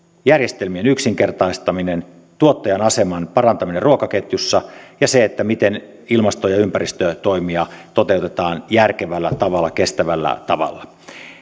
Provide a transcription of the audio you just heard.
järjestelmien yksinkertaistaminen tuottajan aseman parantaminen ruokaketjussa ja se miten ilmasto ja ympäristötoimia toteutetaan järkevällä tavalla kestävällä tavalla